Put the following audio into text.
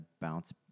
bounce